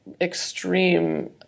extreme